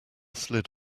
slid